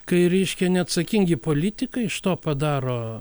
kai reiškia neatsakingi politikai iš to padaro